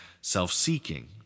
self-seeking